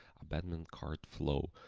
abandoned and cart flow.